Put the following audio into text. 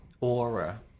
aura